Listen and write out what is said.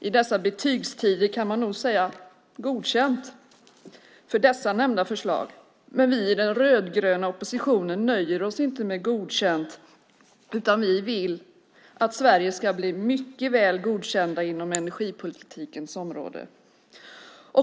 I dessa betygstider kan man nog säga godkänt för dessa nämnda förslag. Men vi i den rödgröna oppositionen nöjer oss inte med godkänt utan vi vill att Sverige ska bli mycket väl godkänt inom energipolitikens område.